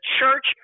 church